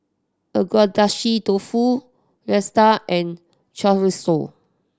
Agedashi Dofu Raita and Chorizo